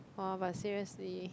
oh but seriously